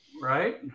Right